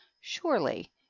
surely